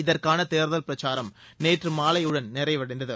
இதற்கான தேர்தல் பிரச்சாரம் நேற்று மாலையுடன் நிறைவடைந்தது